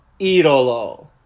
Idolo